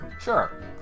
Sure